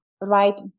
right